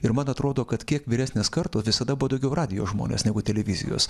ir man atrodo kad kiek vyresnės kartos visada buvo daugiau radijo žmonės negu televizijos